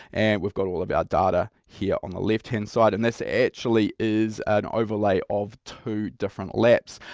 and we've got all of our data here on the left hand side. and this actually is an overlay of two different laps.